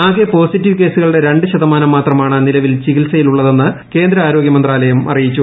ആകെ പോസിറ്റീവ് കേസുകളുടെ രണ്ട് ശതമാനം മാത്രമാണ് നിലവിൽ ചികിത്സയിൽ ഉള്ളതെന്ന് കേന്ദ്ര ആരോഗ്യ മന്ത്രലയം അറിയിച്ചു